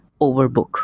overbook